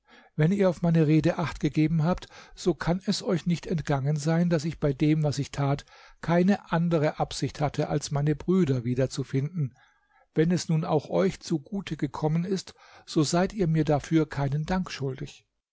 wenn ihr auf meine rede acht gegeben habt so kann es euch nicht entgangen sein daß ich bei dem was ich tat keine andere absicht hatte als meine brüder wieder zu finden wenn es nun auch euch zugute gekommen ist so seid ihr mir dafür keinen dank schuldig